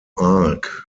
arc